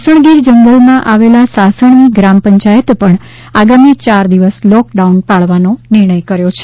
સાસણગીર જંગલમાં આવેલા સાસણની ગ્રામપંચાયતે પણ આગામી ચાર દિવસ લોકડાઉન પાળવાનો નિર્ણય કર્યો છે